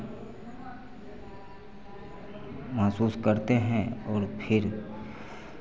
महसूस करते हैं और फिर